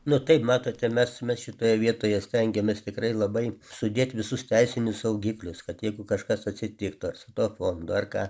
nu taip matote mes mes šitoje vietoje stengiamės tikrai labai sudėt visus teisinius saugiklius kad jeigu kažkas atsitiktų ar su tuo fondu ar ką